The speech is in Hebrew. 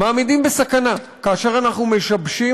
אנחנו מעמידים בסכנה כאשר אנחנו משבשים